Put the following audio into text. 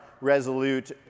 resolute